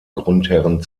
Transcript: grundherren